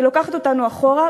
היא לוקחת אותנו